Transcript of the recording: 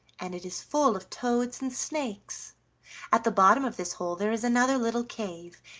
and it is full of toads and snakes at the bottom of this hole there is another little cave,